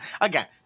Again